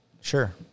Sure